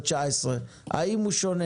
2018 ו-2019, האם הוא שונה?